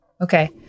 Okay